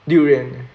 durian